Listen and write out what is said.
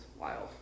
wild